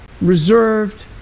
reserved